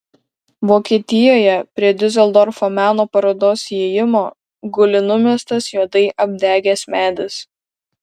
vokietijoje prie diuseldorfo meno parodos įėjimo guli numestas juodai apdegęs medis